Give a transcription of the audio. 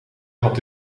had